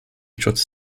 schutz